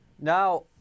Now